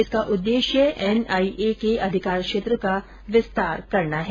इसका उद्देश्य N I A के अधिकार क्षेत्र का विस्तार करना है